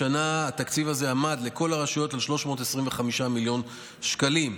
השנה התקציב הזה לכל הרשויות עמד על 325 מיליון שקלים,